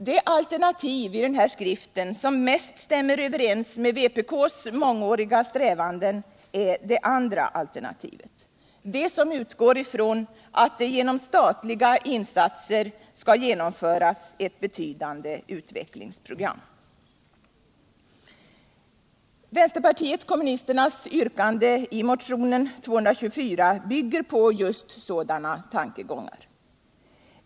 Det alternativ i den här skriften som mest stämmer överens med vpk:s mångåriga strävanden är det andra alternativet, som utgår från att det genom statliga insatser skall genomföras ett betydande utvecklingsprogram. Vpk:s yrkande i motionen 224 bygger på just sådana tankegångar.